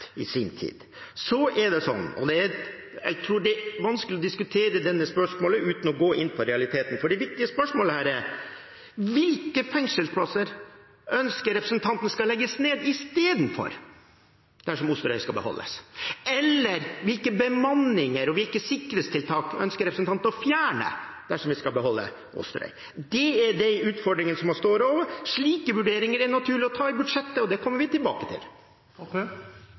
Jeg tror det er vanskelig å diskutere dette spørsmålet uten å gå inn på realitetene, for det viktige spørsmålet her er: Hvilke fengselsplasser ønsker representanten skal legges ned istedenfor dersom Osterøy skal beholdes? Eller hvilke bemanninger og sikkerhetstiltak ønsker representanten å fjerne dersom vi skal beholde Osterøy? Det er de utfordringene vi står overfor. Slike vurderinger er det naturlig å ta i budsjettet, og det kommer vi tilbake til.